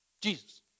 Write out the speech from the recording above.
Jesus